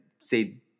say